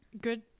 good